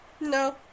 No